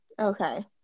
okay